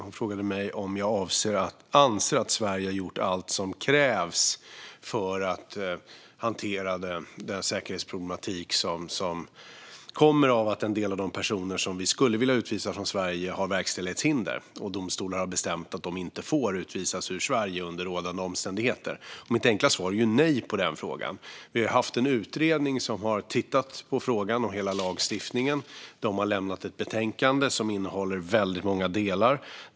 Hon frågade mig om jag anser att Sverige har gjort allt som krävs för att hantera den säkerhetsproblematik som kommer av att en del av de personer som vi skulle vilja utvisa från Sverige har verkställighetshinder. Domstolar har bestämt att de inte får utvisas ur Sverige under rådande omständigheter. Mitt enkla svar på den frågan är nej. Vi har haft en utredning som har tittat på frågan om hela lagstiftningen. Den har lämnat ett betänkande som innehåller väldigt många delar.